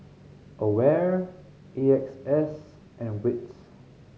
AWARE A X S and wits